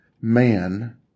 man